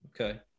Okay